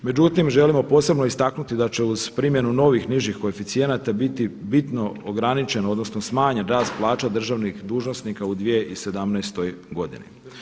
Međutim, želimo posebno istaknuti da će uz primjenu novih nižih koeficijenata biti bitno ograničen odnosno smanjen rast plaća državnih dužnosnika u 2017. godini.